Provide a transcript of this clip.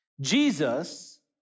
Jesus